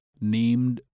named